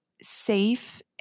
safe